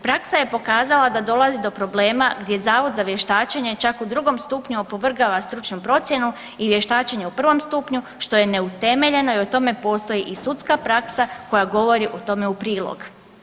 Praksa je pokazala da dolazi do problema gdje Zavod za vještačenje čak u drugom stupnju opovrgava stručnu procjenu i vještačenje u prvom stupnju što je neutemeljeno i o tome postoji i sudska praksa koja govori tome u prilog.